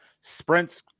sprints